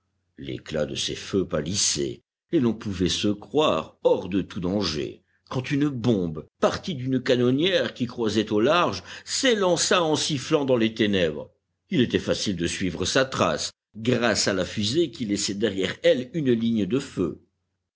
l'éclat de ses feux pâlissait et l'on pouvait se croire hors de tout danger quand une bombe partie d'une canonnière qui croisait au large s'élança en sifflant dans les ténèbres il était facile de suivre sa trace grâce à la fusée qui laissait derrière elle une ligne de feu